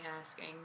asking